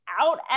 Out